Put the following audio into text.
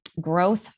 growth